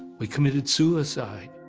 we committed suicide.